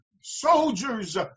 Soldiers